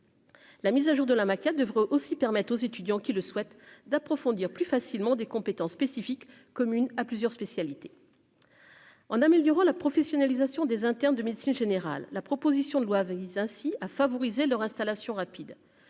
La mise à jour de la mafia devrait aussi permettre aux étudiants qui le souhaitent d'approfondir plus facilement des compétences spécifiques commune à plusieurs spécialités. En améliorant la professionnalisation des internes de médecine générale, la proposition de loi vise ainsi à favoriser leur installation rapide,